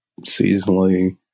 Seasonally